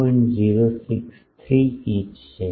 063 inch છે